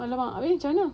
!alamak! abeh camne